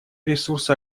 ресурсы